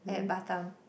at Batam